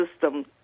system